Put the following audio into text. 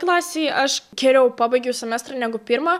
klasėj aš geriau pabaigiau semestrą negu pirmą